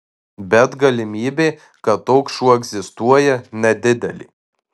bet galimybė kad toks šuo egzistuoja nedidelė